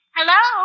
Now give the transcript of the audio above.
Hello